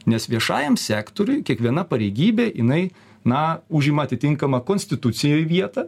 nes viešajam sektoriui kiekviena pareigybė jinai na užima atitinkamą konstitucijoj vietą